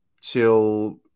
till